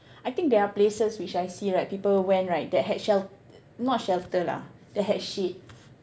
I think there are places which I see right people went right that had shel~ not shelter lah that had shade